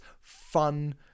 fun